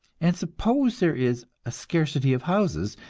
and suppose there is a scarcity of houses,